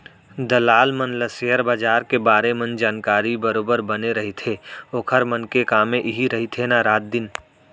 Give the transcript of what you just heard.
दलाल मन ल सेयर बजार के बारे मन जानकारी बरोबर बने रहिथे ओखर मन के कामे इही रहिथे ना रात दिन